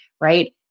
right